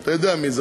אתה יודע מי זה.